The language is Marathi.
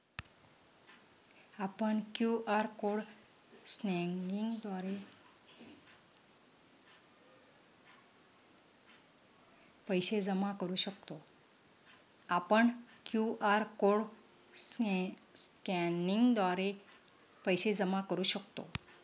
आपण क्यू.आर कोड स्कॅनिंगद्वारे पैसे जमा करू शकतो